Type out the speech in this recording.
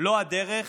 לא הדרך